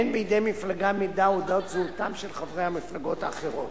אין בידי מפלגה מידע על אודות זהותם של חברי המפלגות האחרות.